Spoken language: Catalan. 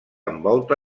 envolta